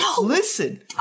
Listen